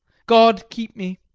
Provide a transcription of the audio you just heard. god keep me,